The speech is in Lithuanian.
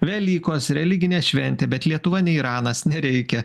velykos religinė šventė bet lietuva ne iranas nereikia